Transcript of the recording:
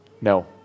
No